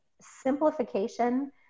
simplification